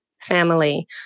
family